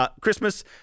Christmas